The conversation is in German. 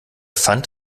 pfand